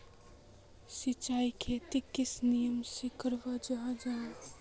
सिंचाई खेतोक किस नियम से कराल जाहा जाहा?